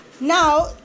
Now